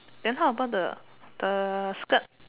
then how about the the skirt